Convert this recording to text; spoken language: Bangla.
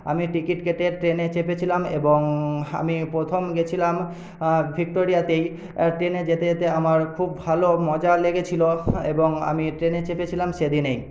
আমি টিকিট কেটে ট্রেনে চেপেছিলাম এবং আমি প্রথম গেছিলাম ভিক্টোরিয়াতেই টেনে যেতে যেতে আমার খুব ভালো মজা লেগেছিল এবং আমি ট্রেনে চেপেছিলাম সেদিনেই